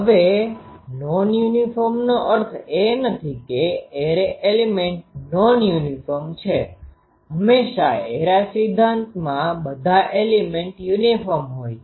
હવે નોન યુનિફોર્મનો અર્થ એ નથી કે એરે એલીમેન્ટ નોન યુનિફોર્મ છે હંમેશા એરે સિદ્ધાંતમાં બધા એલિમેન્ટ યુનિફોર્મ હોય છે